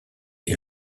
est